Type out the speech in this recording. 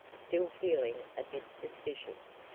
still feeling a bit suspicious.